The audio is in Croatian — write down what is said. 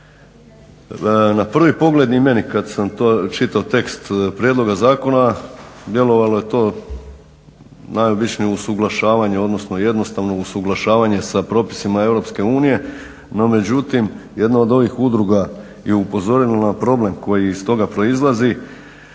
Na prvi pogled i meni kada sam to čitao tekst prijedloga zakona djelovalo je to najobičnije usuglašavanje, odnosno jednostavno usuglašavanje sa propisima Europske unije, no međutim jedna od ovih udruga je upozorila na problem koji iz toga proizlazi